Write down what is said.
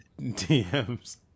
DMs